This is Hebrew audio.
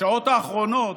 בשעות האחרונות,